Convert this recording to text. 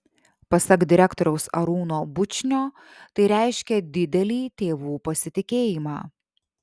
pasak direktoriaus arūno bučnio tai reiškia didelį tėvų pasitikėjimą